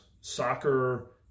soccer